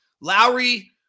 Lowry